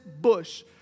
bush